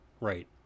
Right